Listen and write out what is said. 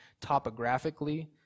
topographically